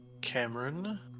Cameron